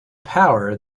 power